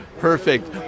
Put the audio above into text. Perfect